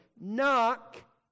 Knock